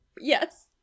yes